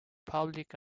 public